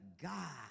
God